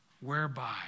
whereby